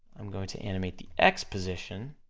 i'm going to animate the x position,